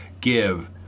give